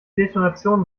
detonation